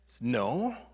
No